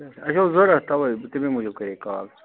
اَسہِ اوس ضروٗرت تَوَے تَمی موٗجوٗب کَرے کال